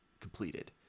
completed